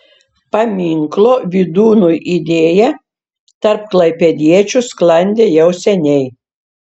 paminklo vydūnui idėja tarp klaipėdiečių sklandė jau seniai